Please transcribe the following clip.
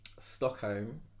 Stockholm